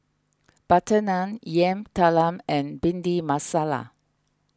Butter Naan Yam Talam and Bhindi Masala